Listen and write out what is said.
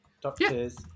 Doctors